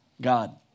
God